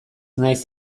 naiz